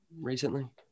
recently